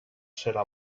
serà